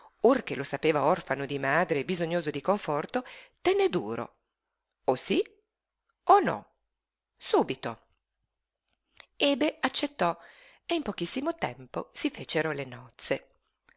che lo sapeva orfano anche di madre e bisognoso di conforto tenne duro o sí o no subito ebe accettò e in pochissimo tempo si fecero le nozze